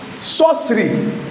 Sorcery